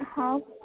हो